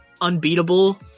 unbeatable